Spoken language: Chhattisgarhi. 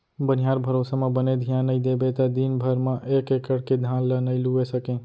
बनिहार भरोसा म बने धियान नइ देबे त दिन भर म एक एकड़ के धान ल नइ लूए सकें